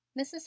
mrs